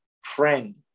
friend